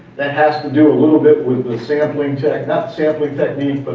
that has to do a little bit with the sampling tech. not sampling technique,